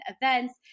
events